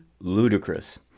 ludicrous